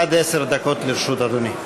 עד עשר דקות לרשות אדוני.